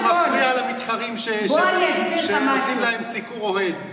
שמפריע למתחרים שנותנים להם סיקור אוהד.